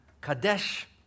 Kadesh